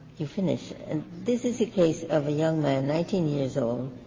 you finish. and this is a case of a young man, nineteen years old,